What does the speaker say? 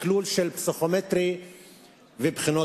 הבעיה עם הבחינה הפסיכומטרית שהיא מוטה פעמיים,